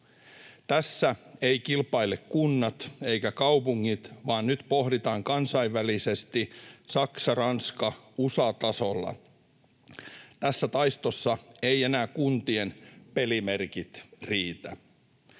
Tässä eivät kilpaile kunnat eivätkä kaupungit, vaan nyt pohditaan kansainvälisesti Saksa-, Ranska-, USA-tasolla. Tässä taistossa eivät enää kuntien pelimerkit riitä.